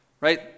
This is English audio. right